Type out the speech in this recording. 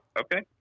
Okay